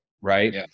Right